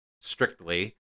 strictly